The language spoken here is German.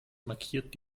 markiert